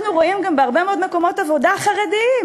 אנחנו רואים גם בהרבה מאוד מקומות עבודה חרדיים